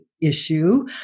issue